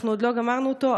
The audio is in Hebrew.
אנחנו עוד לא גמרנו אותו,